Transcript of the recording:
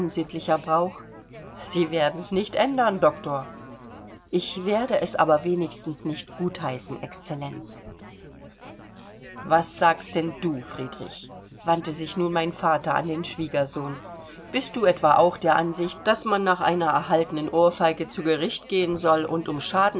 unsittlicher brauch sie werden's nicht ändern doktor ich werde es aber wenigstens nicht gutheißen excellenz was sagst denn du friedrich wandte sich nun mein vater an den schwiegersohn bist du etwa auch der ansicht daß man nach einer erhaltenen ohrfeige zu gericht gehen soll und um